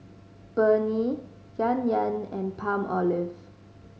Burnie Yan Yan and Palmolive